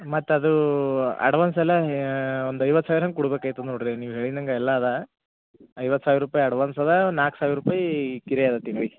ಮತ್ತದು ಅಡ್ವಾನ್ಸ್ ಎಲ್ಲಾ ಒಂದು ಐವತ್ತು ಸಾವಿರಂಗ ಕೊಡ್ಬೇಕಾಯ್ತದ ನೋಡ್ರಿ ನೀಚು ಹೇಳಿನಂಗೆ ಎಲ್ಲಾ ಅದ ಐವತ್ತು ಸಾವಿರ ರೂಪಾಯಿ ಅಡ್ವಾನ್ಸ್ ಅದ ಒಂದು ನಾಲ್ಕು ಸಾವಿರ ರೂಪಾಯಿ ಕಿರೈ ಅದ ತಿಂಗ್ಳಿಗೆ